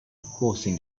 crossing